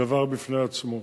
דבר בפני עצמו.